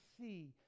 see